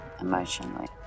emotionally